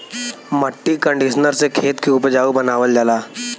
मट्टी कंडीशनर से खेत के उपजाऊ बनावल जाला